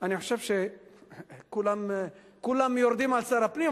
אני חושב שכולם יורדים על שר הפנים,